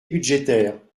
budgétaires